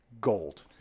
gold